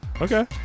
Okay